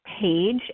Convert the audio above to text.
page